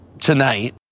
tonight